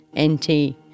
nt